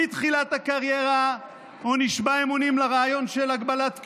בתחילת הקריירה הוא נשבע אמונים לרעיון של הגבלת כהונה.